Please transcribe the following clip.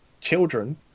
children